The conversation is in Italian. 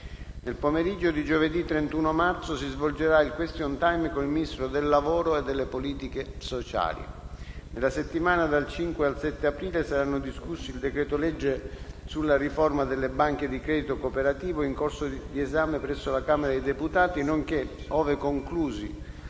Nel pomeriggio di giovedì 31 marzo si svolgerà il *question time*con il Ministro del lavoro e delle politiche sociali. Nella settimana dal 5 al 7 aprile saranno discussi il decreto-legge sulla riforma delle banche di credito cooperativo, in corso di esame presso la Camera dei deputati, nonché, ove conclusi